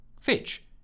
Fitch